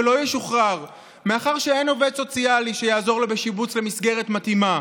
ולא ישוחרר מאחר שאין עובד סוציאלי שיעזור לו בשיבוץ למסגרת מתאימה?